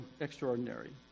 extraordinary